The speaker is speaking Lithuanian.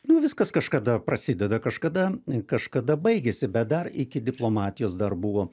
nu viskas kažkada prasideda kažkada kažkada baigiasi bet dar iki diplomatijos dar buvo